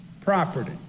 property